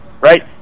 right